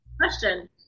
Question